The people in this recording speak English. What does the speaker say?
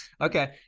okay